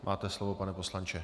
Máte slovo, pane poslanče.